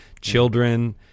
children